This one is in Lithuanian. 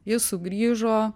jis sugrįžo